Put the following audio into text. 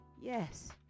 yes